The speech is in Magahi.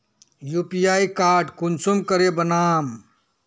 यु.पी.आई कोड कुंसम करे बनाम?